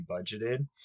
budgeted